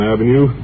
Avenue